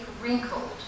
wrinkled